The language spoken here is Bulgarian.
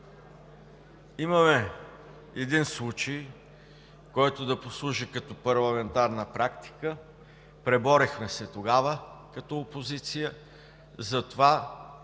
имаме случай, който да послужи като парламентарна практика – преборихме се тогава като опозиция за това,